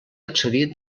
accedir